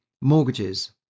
mortgages